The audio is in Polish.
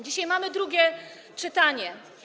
Dzisiaj mamy drugie czytanie.